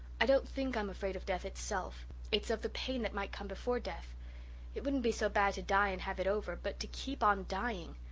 i don't think i'm afraid of death itself it's of the pain that might come before death it wouldn't be so bad to die and have it over but to keep on dying!